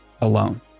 alone